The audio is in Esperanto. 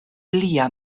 lia